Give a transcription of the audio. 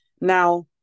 Now